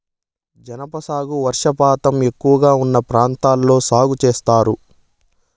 జనప సాగు వర్షపాతం ఎక్కువగా ఉన్న ప్రాంతాల్లో సాగు చేత్తారు